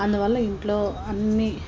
అందువల్ల ఇంట్లో అన్నీ